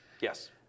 Yes